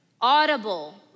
audible